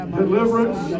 deliverance